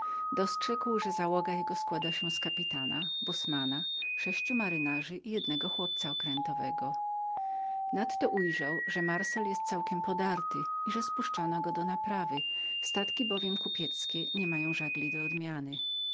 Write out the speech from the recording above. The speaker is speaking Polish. dostrzegł że osada była złożoną z kapitana dozorcy sześciu majtków i jednego chłopca okrętowego nadto ujrzał że wielki żagiel był całkiem podarty i że spuszczano go do naprawy statki bowiem kupieckie zwykle nie mają żagli do odmiany